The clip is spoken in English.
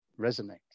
resonate